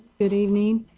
good evening.